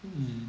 hmm